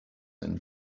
and